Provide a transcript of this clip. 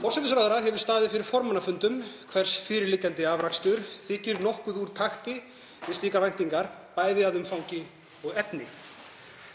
Forsætisráðherra hefur staðið fyrir formannafundum en fyrirliggjandi afrakstur þeirra þykir nokkuð úr takti við slíkar væntingar, bæði að umfangi og efni.